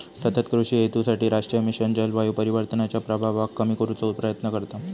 सतत कृषि हेतूसाठी राष्ट्रीय मिशन जलवायू परिवर्तनाच्या प्रभावाक कमी करुचो प्रयत्न करता